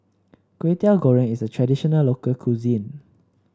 Kwetiau Goreng is a traditional local cuisine